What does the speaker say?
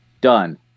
done